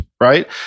right